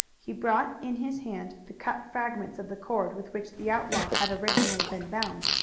he brought in his hand the cut fragments of the cord with which the outlaw had originally been bound.